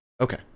Okay